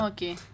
Okay